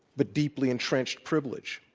but deeply entrenched privilege.